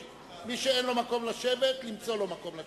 מי שאין לו מקום לשבת, למצוא לו מקום לשבת,